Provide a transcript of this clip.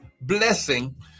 blessing